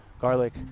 garlic